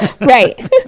Right